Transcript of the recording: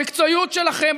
במקצועיות שלכם,